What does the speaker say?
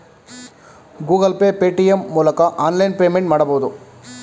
Google Pay, Paytm ಮೂಲಕ online payment ಮಾಡಬಹುದು